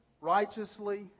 righteously